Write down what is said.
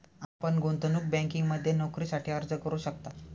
आपण गुंतवणूक बँकिंगमध्ये नोकरीसाठी अर्ज करू शकता